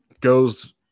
goes